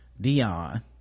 Dion